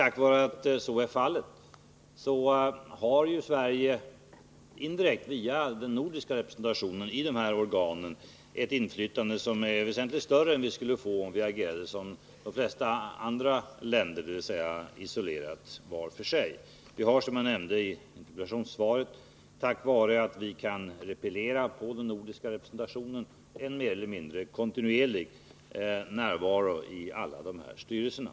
Tack vare att så är fallet har Sverige indirekt via den nordiska representationen i organen ett inflytande som är väsentligt mycket större än det vi skulle få om vi agerade var för sig. Tack vare att vi kan repliera på den nordiska representationen har vi, som jag nämnde i interpellationssvaret, mer eller mindre kontinuerlig närvaro i styrelserna.